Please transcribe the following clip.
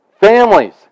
Families